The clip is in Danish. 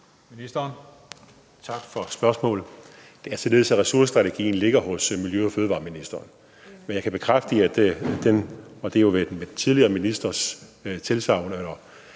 Lilleholt): Tak for spørgsmålet. Det er således, at ressourcestrategien ligger hos miljø- og fødevareministeren, og det er jo den tidligere ministers tilsagn